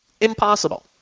Impossible